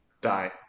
Die